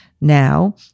Now